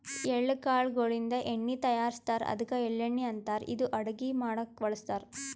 ಎಳ್ಳ ಕಾಳ್ ಗೋಳಿನ್ದ ಎಣ್ಣಿ ತಯಾರಿಸ್ತಾರ್ ಅದ್ಕ ಎಳ್ಳಣ್ಣಿ ಅಂತಾರ್ ಇದು ಅಡಗಿ ಮಾಡಕ್ಕ್ ಬಳಸ್ತಾರ್